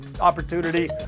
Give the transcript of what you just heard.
opportunity